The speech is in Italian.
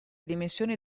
dimensioni